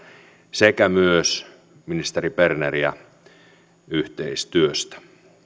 sekä myös ministeri berneriä yhteistyöstä